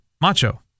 Macho